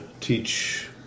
teach